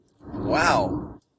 Wow